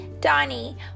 Donnie